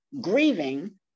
grieving